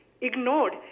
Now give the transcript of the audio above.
ignored